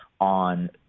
on